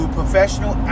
professional